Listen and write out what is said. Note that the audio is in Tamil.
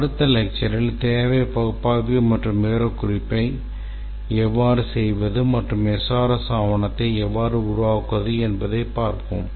அடுத்த லெக்சரில் தேவை பகுப்பாய்வு மற்றும் விவரக்குறிப்பை எவ்வாறு செய்வது மற்றும் SRS ஆவணத்தை எவ்வாறு உருவாக்குவது என்பதைப் பார்ப்போம்